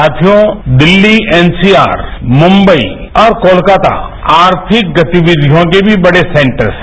साथियों दिल्ली एनसीआए मुम्बई और कोलकाता आर्थिक गतिविधियों के भी बड़े सेन्टर हैं